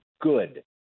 good